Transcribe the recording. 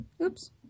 Oops